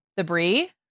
Debris